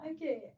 Okay